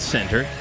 Center